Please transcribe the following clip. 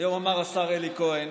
היום אמר השר אלי כהן